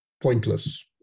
pointless